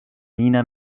mina